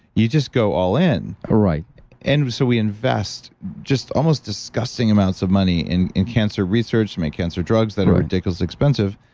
you just go all in ah right and so we invest just almost disgusting amounts of money in in cancer research, make cancer drugs that are ridiculously expensive,